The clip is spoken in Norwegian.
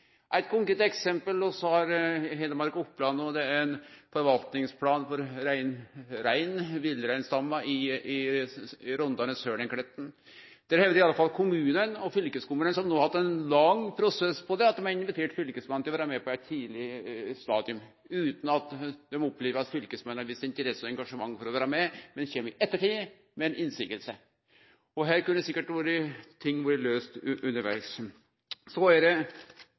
Eit konkret eksempel vi har i Hedmark og Oppland no, gjeld ein forvaltingsplan for villreinstamma i Rondane-Sølnkletten. Her hevdar i alle fall kommunane og fylkeskommunane, som no har hatt ein lang prosess på dette, at dei har invitert fylkesmennene til å vere med på eit tidleg stadium, utan at dei opplever at fylkesmennene har vist interesse og engasjement for å vere med, men kjem i ettertid med ei motsegn. Her kunne ting sikkert vore løyste undervegs. Apropos klargjorde skiljeliner. Eg er veldig usikker på kva det